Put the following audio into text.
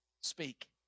speak